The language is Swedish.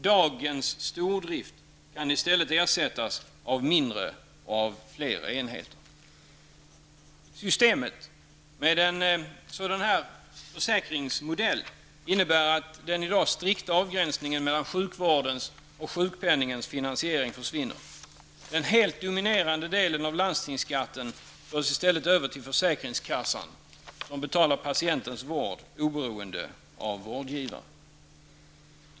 Dagens stordrift kan ersättas med mindre och fler enheter. Systemet med en sådan här försäkringsmodell innebär att den i dag strikta avgränsningen mellan sjukvårdens och sjukpenningens finansiering försvinner. Den helt dominerande delen av landstingsskatten förs i stället över till försäkringskassan, som betalar patientens vård, oberoende av vårdgivare.